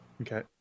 Okay